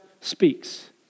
speaks